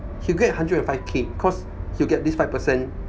he'll get hundred and five K cause he'll get this five percent